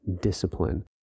discipline